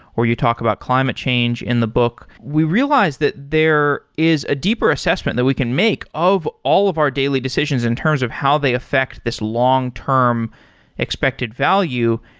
or you talk about climate change in the book. we realize that there is a deeper assessment that we can make of all of our daily decisions in terms of how they affect this long-term expected value,